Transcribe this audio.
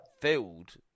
filled